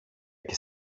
και